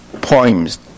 poems